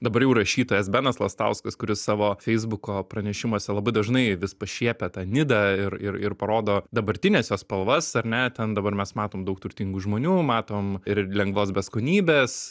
dabar jau rašytojas benas lastauskas kuris savo feisbuko pranešimuose labai dažnai vis pašiepia tą nidą ir ir ir parodo dabartines jos spalvas ar ne ten dabar mes matom daug turtingų žmonių matom ir lengvos beskonybės